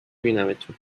بینمتون